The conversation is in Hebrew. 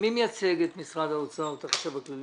מי מייצג את משרד האוצר, את החשב הכללי?